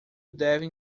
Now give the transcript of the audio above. devem